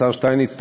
השר שטייניץ,